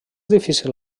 difícil